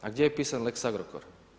A gdje je pisan Lex Agrokor?